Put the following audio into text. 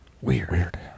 Weird